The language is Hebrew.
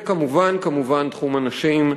כמובן, כמובן, תחום הנשים,